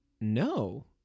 No